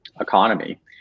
economy